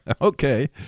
Okay